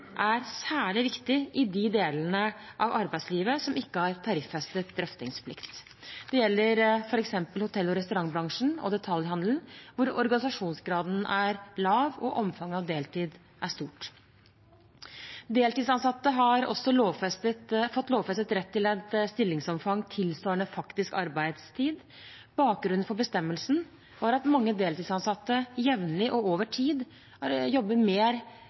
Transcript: er særlig viktig i de delene av arbeidslivet som ikke har tariffestet drøftingsplikt. Det gjelder f.eks. hotell- og restaurantbransjen og detaljhandelen, der organisasjonsgraden er lav og omfanget av deltid er stort. Deltidsansatte har også fått lovfestet rett til et stillingsomfang tilsvarende faktisk arbeidstid. Bakgrunnen for bestemmelsen er at mange deltidsansatte jevnlig og over tid jobber mer